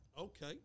Okay